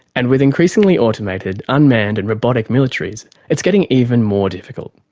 and with increasingly automated, unmanned and robotic militaries, it's getting even more difficult.